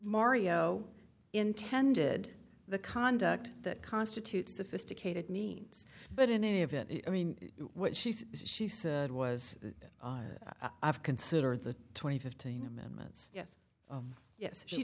mario intended the conduct that constitutes sophisticated means but in any event i mean what she said she said was that i've considered the twenty fifteen amendments yes yes she